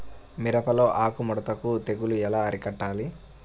మిరపలో ఆకు ముడత తెగులు ఎలా అరికట్టాలి?